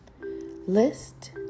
List